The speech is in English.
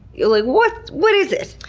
like what what is it?